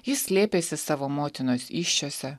jis slėpėsi savo motinos įsčiose